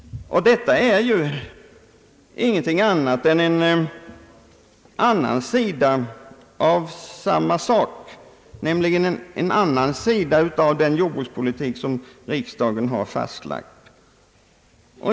Detta är ju en annan sida av samma sak, nämligen den jordbrukspolitik som riksdagen har fastlagt.